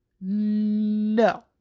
No